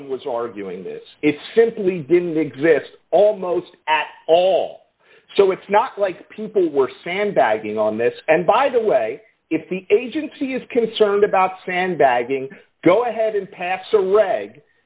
one was arguing this it simply didn't exist almost at all so it's not like people were sandbagging on this and by the way if the agency is concerned about sandbagging go ahead and pass